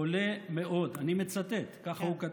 חולה מאוד" אני מצטט, ככה הוא כתב.